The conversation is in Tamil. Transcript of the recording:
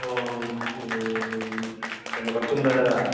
ஓ சரி கொஞ்சம் குறச்சிக்க முடியாதா